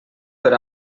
per